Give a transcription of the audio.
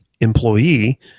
employee